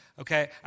Okay